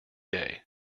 day